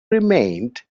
remained